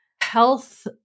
health